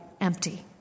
empty